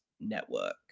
Network